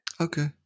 okay